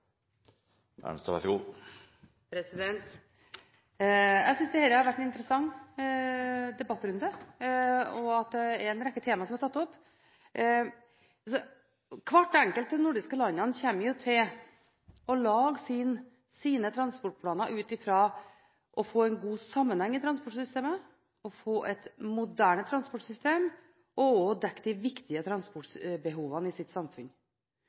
Jeg synes dette har vært en interessant debattrunde. Det er en rekke temaer som er tatt opp. Hvert enkelt av de nordiske landene kommer til å lage sine transportplaner ut fra det å få en god sammenheng i transportsystemet, få et moderne transportsystem og få dekket de viktige transportbehovene i sitt samfunn.